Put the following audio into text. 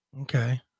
Okay